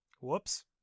Whoops